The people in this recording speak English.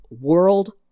world